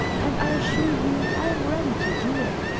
and i assure you i am ready to do it.